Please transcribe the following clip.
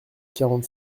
quarante